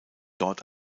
dort